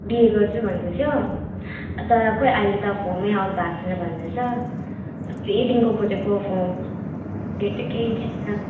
BA गर्छु भन्दैथ्यौ तर खोई अहिले त फमै आउट भएको छैन भन्दैछ कतिदेखिको खोजेको फर्म भेटेकै छैन